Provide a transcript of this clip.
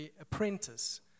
apprentice